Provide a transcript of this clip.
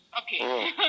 Okay